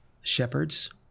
shepherds